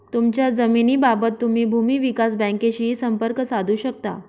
तुमच्या जमिनीबाबत तुम्ही भूमी विकास बँकेशीही संपर्क साधू शकता